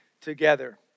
together